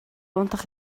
унтах